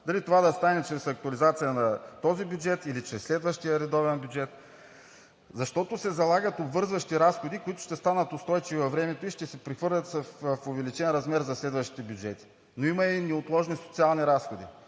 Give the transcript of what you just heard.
Дали това да стане чрез актуализацията на този бюджет, или чрез следващия редовен бюджет, защото се залагат обвързващи разходи, които ще станат устойчиви във времето и ще се прехвърлят в увеличен размер за следващите бюджети. Но има и неотложни социални разходи,